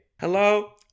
Hello